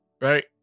right